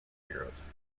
heroes